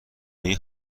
این